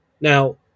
Now